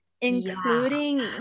including